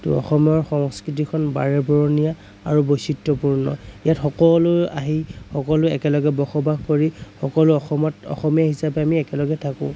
ত' অসমৰ সংস্কৃতিখন বাৰেবৰণীয়া আৰু বৈচিত্ৰ্য়পূৰ্ণ ইয়াত সকলো আহি সকলো একেলগে বসবাস কৰি সকলো অসমত অসমীয়া হিচাপে আমি একেলগে থাকোঁ